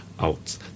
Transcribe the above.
out